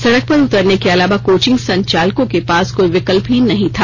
सड़क पर उतरने के अलावा कोचिंग संचालकों के पास कोई विकल्प ही नहीं था